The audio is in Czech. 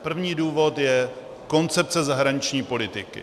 První důvod je koncepce zahraniční politiky.